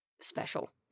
special